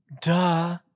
Duh